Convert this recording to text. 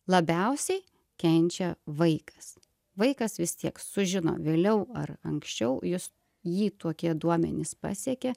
labiausiai kenčia vaikas vaikas vis tiek sužino vėliau ar anksčiau jis jį tokie duomenys pasiekia